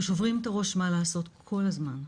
אנחנו שוברים את הראש מה לעשות כל הזמן.